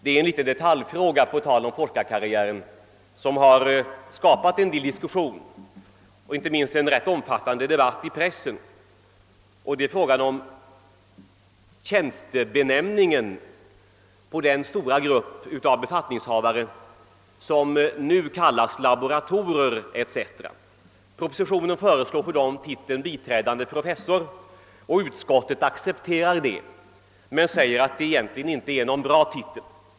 En liten detaljfråga på tal om forskarkarriären har skapat en viss diskussion, inte minst en ganska omfattande debatt i pressen, nämligen frågan om tjänstebenämningen för den stora grupp av befattningshavare som nu kallas laboratorer etc. I propositionen föreslås för dem titeln biträdande professor, och utskottet accepterar det förslaget men säger, att det egentligen inte är någon bra titel.